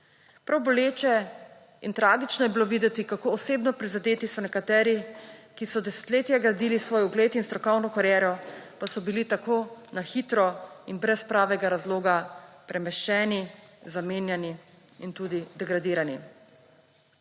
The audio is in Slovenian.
Prav boleče in tragično je bilo videti, kako osebno prizadeti so nekateri, ki so desetletja gradili svoj ugled in strokovno kariero, pa so bili tako na hitro in brez pravega razloga premeščeni, zamenjani in tudi degradirani.